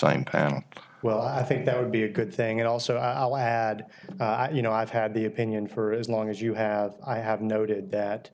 panel well i think that would be a good thing and also i'll add you know i've had the opinion for as long as you have i have noted that